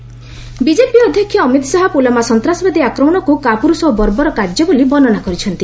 ଶାହା ଜାମ୍ମ ବିଜେପି ଅଧ୍ୟକ୍ଷ ଅମିତ ଶାହା ପୁଲୱାମା ସନ୍ତାସବାଦୀ ଆକ୍ରମଣକୁ କାପୁରୁଷ ଓ ବର୍ବର କାର୍ଯ୍ୟ ବୋଲି ବର୍ଷନା କରିଛନ୍ତି